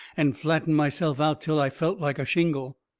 and flattened myself out till i felt like a shingle.